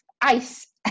ice